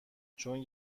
چون